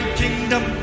kingdom